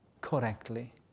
correctly